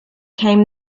came